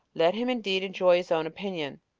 let him indeed enjoy his own opinion,